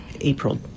April